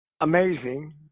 Amazing